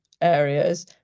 areas